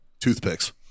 Toothpicks